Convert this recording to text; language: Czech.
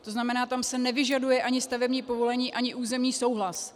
To znamená, tam se nevyžaduje ani stavební povolení, ani územní souhlas.